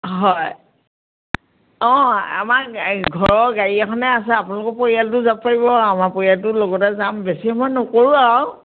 হয় অঁ আমাৰ গাড়ী ঘৰৰ গাড়ী এখনে আছে আপোনালোকৰ পৰিয়ালটো যাব পাৰিব আমাৰ পৰিয়ালটোৰ লগতে যাম বেছি সময় নকৰোঁ আৰু